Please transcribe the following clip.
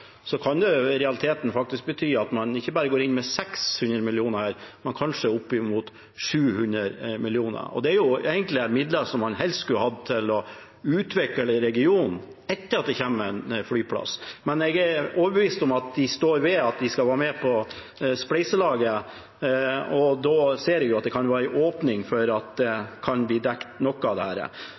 kan det i realiteten faktisk bety at man ikke bare går inn med 600 mill. kr, men kanskje opp mot 700 mill. kr. Dette er egentlig midler man helst skulle hatt til å utvikle en region etter at det kommer en flyplass, men jeg er overbevist om at de står ved at de skal være med på spleiselaget, og da ser jeg at det kan være en åpning for at noe av dette kan bli dekket. Så til tidsløpet: Kan statsråden slutte seg til det